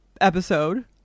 episode